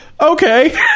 Okay